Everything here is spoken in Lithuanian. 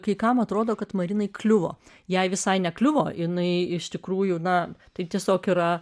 kai kam atrodo kad marinai kliuvo jai visai nekliuvo jinai iš tikrųjų na tai tiesiog yra